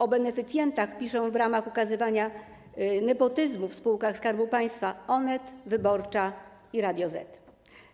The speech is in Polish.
O beneficjentach piszą w ramach ukazywania nepotyzmu w spółkach Skarbu Państwa Onet, Wyborcza i Radio ZET.